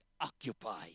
occupy